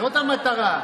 זאת המטרה.